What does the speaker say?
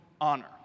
honor